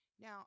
Now